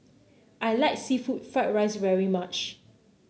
I like seafood Fried Rice very much